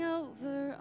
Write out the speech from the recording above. over